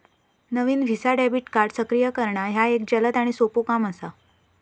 नवीन Visa debit card सक्रिय करणा ह्या एक जलद आणि सोपो काम असा